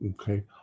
Okay